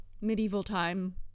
medieval-time